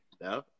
No